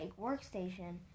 workstation